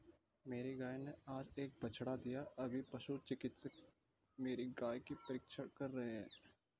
मेरी गाय ने आज एक बछड़ा दिया अभी पशु चिकित्सक मेरी गाय की परीक्षण कर रहे हैं